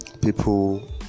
people